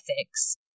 Ethics